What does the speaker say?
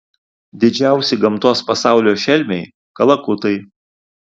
didžiausi gamtos pasaulio šelmiai kalakutai